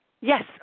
Yes